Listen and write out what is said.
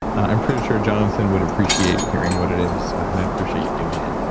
i'm pretty sure jonathan would appreciate hearing what it is, and i appreciate you doing it